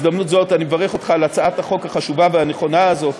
בהזדמנות זאת אני מברך אותך על הצעת החוק החשובה והנכונה הזאת.